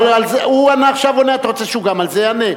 אבל הוא עכשיו עונה, אתה רוצה שגם על זה הוא יענה?